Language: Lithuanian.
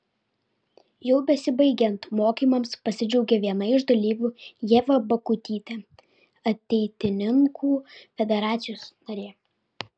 jau besibaigiant mokymams pasidžiaugė viena iš dalyvių ieva bakutytė ateitininkų federacijos narė